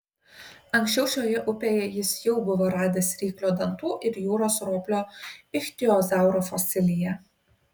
anksčiau šioje upėje jis jau buvo radęs ryklio dantų ir jūros roplio ichtiozauro fosiliją